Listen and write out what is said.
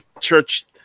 church